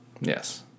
Yes